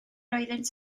oeddynt